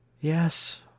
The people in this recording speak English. Yes